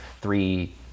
three